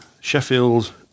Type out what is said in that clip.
Sheffield